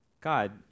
God